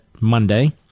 Monday